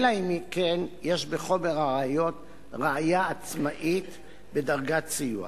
אלא אם כן יש בחומר הראיות ראיה עצמאית בדרגת סיוע.